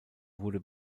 wurde